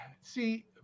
See